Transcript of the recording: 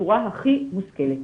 בצורה הכי מושכלת.